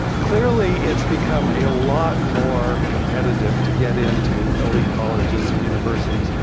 clearly it's become a lot more competitive to get into elite colleges and universities.